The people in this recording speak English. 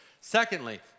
Secondly